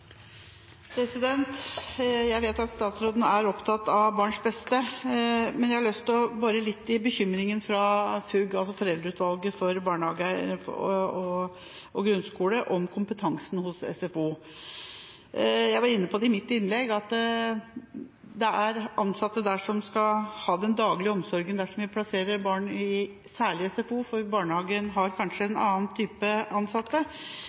replikkordskifte. Jeg vet at statsråden er opptatt av barns beste. Men litt til bekymringen fra FUG, altså Foreldreutvalget for grunnopplæringen, om kompetansen i SFO. Jeg var inne på det i mitt innlegg, med de ansatte som skal ha den daglige omsorgen der vi plasserer barn, og særlig i SFO, for barnehagen har kanskje en annen type ansatte.